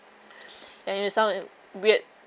then you sound weird